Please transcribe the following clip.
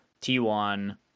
T1